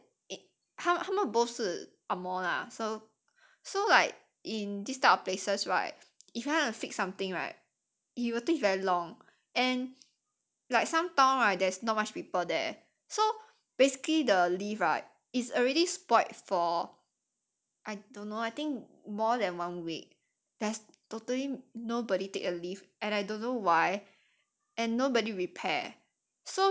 then it 他们 both 是 angmoh lah so so like in this type of places right if you want to fix something right you will take very long and like some town right there's not much people there so basically the lift right is already spoilt for I don't know I think more than one week there's totally nobody take a lift and I don't know why and nobody repair